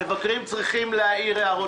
המבקרים צריכים להעיר הערות.